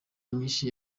nyinshi